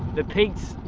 the pigs,